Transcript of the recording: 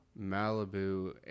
Malibu